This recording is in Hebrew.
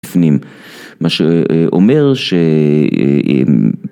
לפנים מה שאומר שהם.